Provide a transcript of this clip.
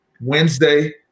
Wednesday